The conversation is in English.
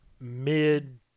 mid